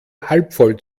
halbvoll